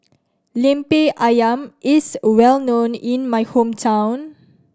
Lemper Ayam is well known in my hometown